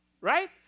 right